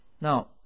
Now